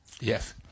Yes